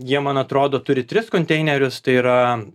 jie man atrodo turi tris konteinerius tai yra